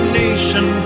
nation